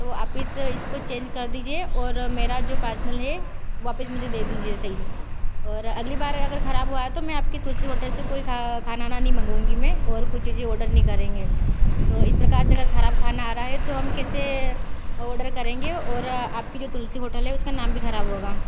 तो आप इस इसको चेंज कर दीजिए और मेरा जो पार्सनल है वापस मुझे दे दीजिए सही और अगली बार अगर ख़राब हुआ है तो मैं आपकी तुलसी होटल से कोई खा खाना आना नहीं मँगाऊँगी मैं और कुछ चीज़ें ऑर्डर नहीं करेंगे तो इस प्रकार से अगर ख़राब खाना आ रहा है तो हम कैसे ऑर्डर करेंगे और आपकी जो तुलसी होटल है उसका नाम भी खराब होगा